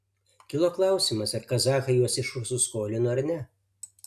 kilo klausimas ar kazachai juos iš rusų skolino ar ne